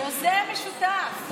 יוזם משותף.